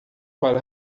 para